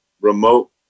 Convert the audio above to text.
remote